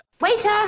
Waiter